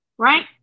Right